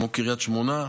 כמו קריית שמונה,